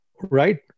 right